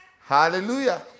Hallelujah